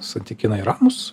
santykinai ramūs